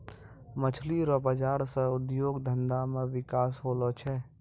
मछली रो बाजार से उद्योग धंधा मे बिकास होलो छै